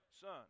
son